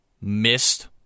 missed